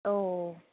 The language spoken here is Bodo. औ